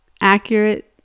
accurate